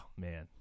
man